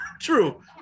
True